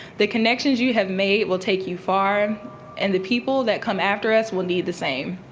the connections you have made will take you far and the people that come after us will need the same.